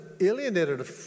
alienated